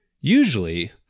usually